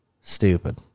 Stupid